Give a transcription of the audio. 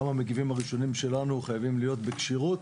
גם המגיבים הראשונים שלנו חייבים להיות בכשירות.